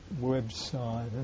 website